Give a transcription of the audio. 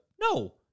no